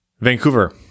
Vancouver